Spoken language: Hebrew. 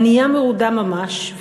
ענייה מרודה ממש.